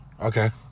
Okay